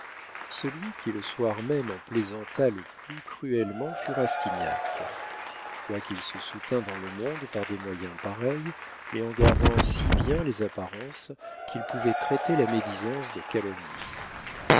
celui qui le soir même en plaisanta le plus cruellement fut rastignac quoiqu'il se soutînt dans le monde par des moyens pareils mais en gardant si bien les apparences qu'il pouvait traiter la médisance de calomnie